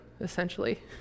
essentially